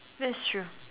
that's true